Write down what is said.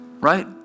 right